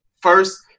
first